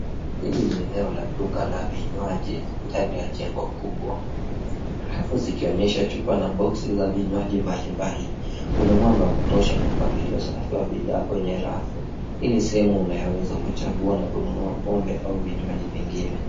Hili ni eneo la duka la vinywaji ndani ya jengo kubwa. Rafu zikionyesha chupa na boksi za vinywaji mbalimbali. Kuna mwanga wa kutosha na mpangilio safi wa bidhaa kwenye rafu. Hii ni sehemu unayoweza kuchagua la kununua pombe au vinywaji vingine.